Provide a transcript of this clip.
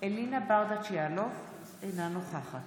אלינה ברדץ' יאלוב, אינה נוכחת